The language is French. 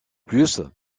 plus